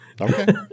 Okay